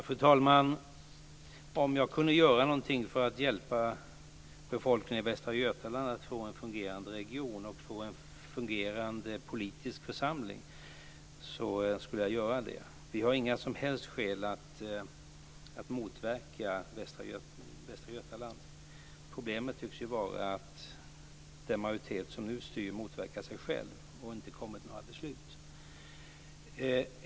Fru talman! Om jag kunde göra något för att hjälpa befolkningen i Västra Götaland att få en fungerande region och att få en fungerande politisk församling skulle jag göra det. Vi har inga som helst skäl att motverka Västra Götaland. Problemet tycks vara att den majoritet som nu styr motverkar sig själv och inte kommer till några beslut.